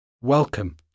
Welcome